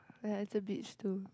oh ya it's a beach too